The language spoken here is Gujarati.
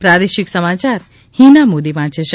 પ્રાદેશિક સમાયાર હીના મોદી વાંચે છે